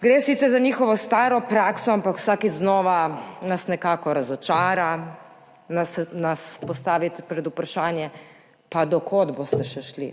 Gre sicer za njihovo staro prakso, ampak vsakič znova nas nekako razočara, nas postavi pred vprašanje, do kod boste še šli,